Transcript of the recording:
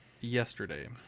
yesterday